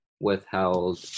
withheld